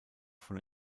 von